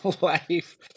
life